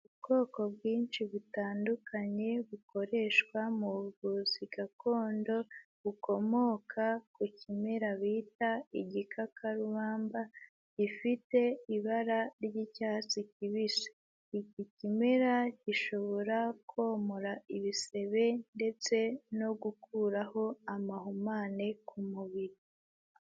Ubwoko bwinshi butandukanye bukoreshwa mu buvuzi gakondo bukomoka ku kimera bita igikakarubamba gifite ibara ry'icyatsi kibisi, iki kimera gishobora komora ibisebe ndetse no gukuraho amahumane ku mubiri.